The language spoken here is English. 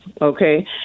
okay